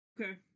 Okay